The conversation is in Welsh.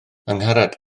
angharad